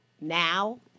now